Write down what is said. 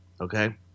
okay